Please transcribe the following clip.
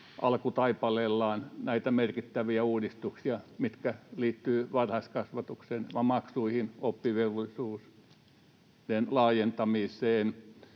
alkutaipaleellaan näitä merkittäviä uudistuksia, mitkä liittyvät varhaiskasvatuksen maksuihin, oppivelvollisuuden laajentamiseen,